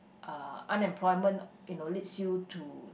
uh unemployment you know leads you to